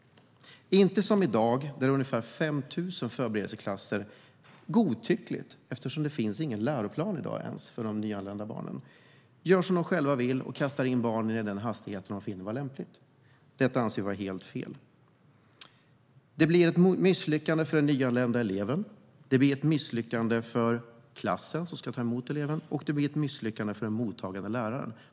I dag är det 5 000 förberedelseklasser. Man gör lite godtyckligt som man själv vill och kastar in barnen i klassrummet med den hastighet som man finner är lämplig. Detta anser vi vara helt fel. Det blir ett misslyckande för den nyanlända eleven, det blir ett misslyckande för klassen som ska ta emot eleven och det blir ett misslyckande för den mottagande läraren.